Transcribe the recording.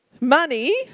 Money